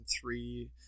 three